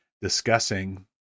discussing